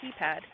keypad